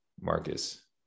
Marcus